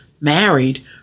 married